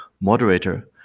moderator